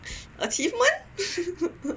achievement